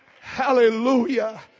Hallelujah